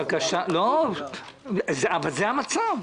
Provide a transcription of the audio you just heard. אבל זה המצב.